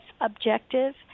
objective